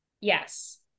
Yes